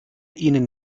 ihnen